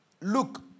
look